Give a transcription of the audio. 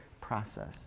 process